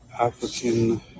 African